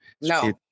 No